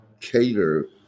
cater